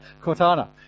Cortana